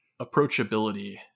approachability